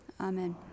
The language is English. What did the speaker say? Amen